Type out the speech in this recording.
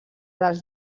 dels